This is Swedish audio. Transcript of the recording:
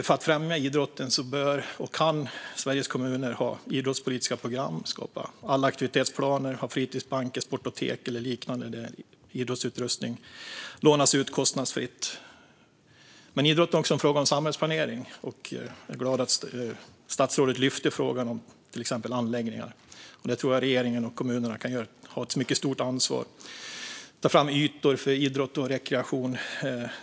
För att främja idrotten bör och kan Sveriges kommuner ha idrottspolitiska program, skapa allaktivitetsplaner och ha fritidsbanker, sportotek eller liknande där idrottsutrustning lånas ut kostnadsfritt. Idrotten är också en fråga om samhällsplanering, och jag är glad över att statsrådet lyfter upp frågan om till exempel anläggningar. Jag tror att regeringen och kommunerna kan ta ett mycket stort ansvar när de planerar samhället för att ta fram ytor för idrott och rekreation.